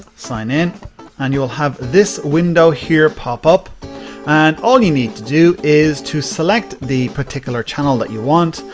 sign in and you'll have this window, here pop up and all you need to do is to select the particular channel that you want.